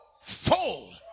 Full